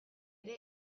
ere